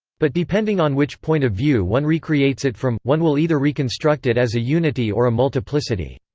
but depending on which point of view one recreates it from, one will either reconstruct it as a unity or a multiplicity.